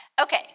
Okay